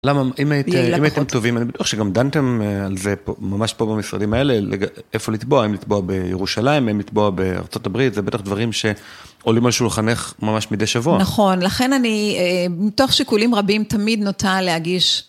למה, אם הייתם טובים, אני בטוח שגם דנתם על זה ממש פה במשרדים האלה, איפה לתבוע, אם לתבוע בירושלים, אם לתבוע בארה״ב, זה בטח דברים שעולים על שולחנך ממש מדי שבוע. נכון, לכן אני, מתוך שיקולים רבים, תמיד נוטה להגיש...